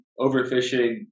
overfishing